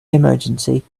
emergency